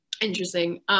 interesting